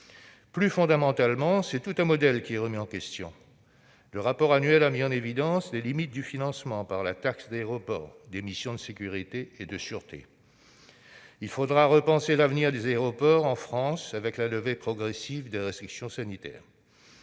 Plus fondamentalement, c'est tout un modèle qui est remis en question. Le rapport public annuel a mis en évidence les limites du financement par la taxe d'aéroport des missions de sécurité et de sûreté. Il faudra repenser l'avenir des aéroports en France après la levée progressive des restrictions sanitaires.